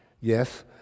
Yes